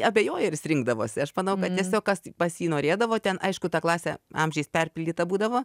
abejoju ar jis rinkdavosi aš manau kad tiesiog kas pas jį norėdavo ten aišku ta klasė amžiais perpildyta būdavo